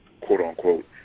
quote-unquote